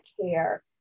care